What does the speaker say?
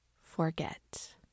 forget